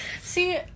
See